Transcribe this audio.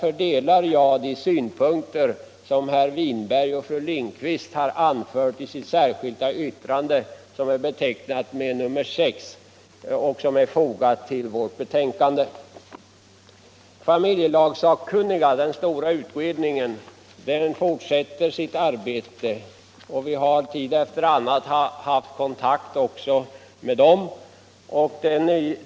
Jag ansluter mig till de synpunkter som herr Winberg och fru Lindquist har anfört i det särskilda yttrandet nr 6. Familjelagssakkunniga, den stora utredningen, fortsätter sitt arbete, och vi har haft täta kontakter också med den.